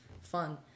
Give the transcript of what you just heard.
fun